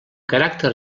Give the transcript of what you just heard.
caràcter